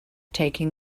taking